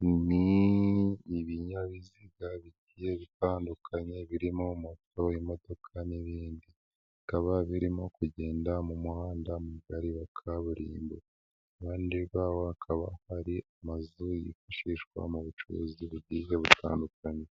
Ibi ni ibinyabiziga bigiye bitandukanye birimo moto, imodoka n'ibindi, bikaba birimo kugenda mu muhanda mugari wa kaburimbo, iruhande rwaho hakaba hari amazu yifashishwa mu bucuruzi bugiye butandukanye,